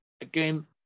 Again